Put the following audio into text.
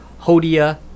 Hodia